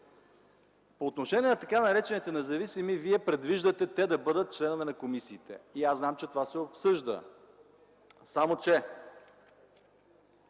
По отношение на така наречените независими, вие предвиждате те да бъдат членове на комисиите и аз знам, че това се обсъжда. Само че